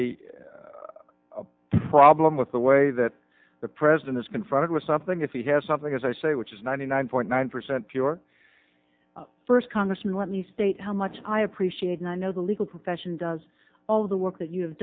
a problem with the way that the president is confronted with something if he has something as i say which is ninety nine point nine percent pure first congressman let me state how much i appreciate and i know the legal profession does all of the work that you have